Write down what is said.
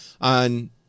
on